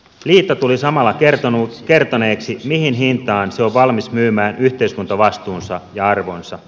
liitto tuli samalla kertoneeksi mihin hintaan se on valmis myymään yhteiskuntavastuunsa ja arvonsa